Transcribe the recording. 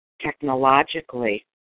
technologically